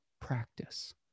practice